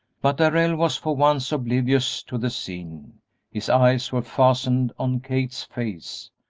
but darrell was for once oblivious to the scene his eyes were fastened on kate's face,